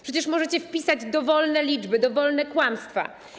Przecież możecie wpisać dowolne liczby, dowolne kłamstwa.